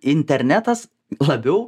internetas labiau